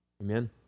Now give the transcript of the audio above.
Amen